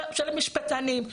של המשפטנים,